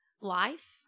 life